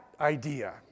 idea